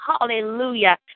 hallelujah